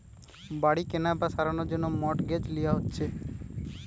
বাড়ি কেনার বা সারানোর জন্যে মর্টগেজ লিয়া হচ্ছে